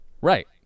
Right